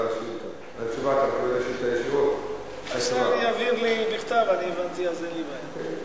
השר יעביר לי בכתב, הבנתי, אז אין לי בעיה.